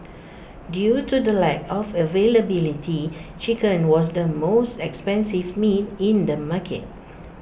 due to the lack of availability chicken was the most expensive meat in the market